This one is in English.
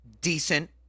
decent